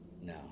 no